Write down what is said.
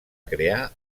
crear